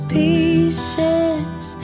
pieces